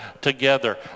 together